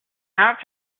have